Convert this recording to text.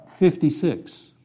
56